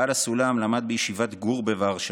בעל הסולם למד בישיבת גור בוורשה,